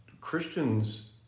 Christians